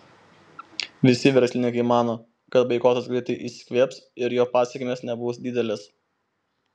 visi verslininkai mano kad boikotas greitai išsikvėps ir jo pasekmės nebus didelės